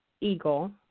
eagle